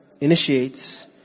initiates